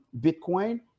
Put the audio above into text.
Bitcoin